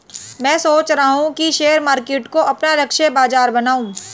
मैं सोच रहा हूँ कि शेयर मार्केट को अपना लक्ष्य बाजार बनाऊँ